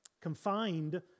confined